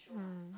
mm